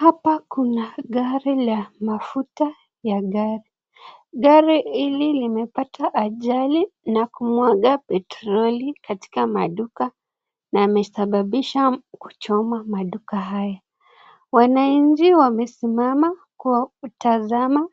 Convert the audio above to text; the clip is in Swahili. Hapa kuna gari la mafuta ya gari, gari hili limepata ajali na kumwaga petroli katika maduka, na amesababisha kuchoma maduka haya. Wananchi wamesimama kwa kutazama